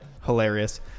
hilarious